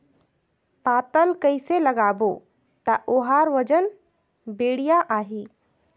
पातल कइसे लगाबो ता ओहार वजन बेडिया आही?